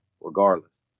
regardless